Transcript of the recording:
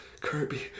Kirby